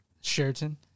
Sheraton